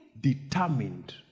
determined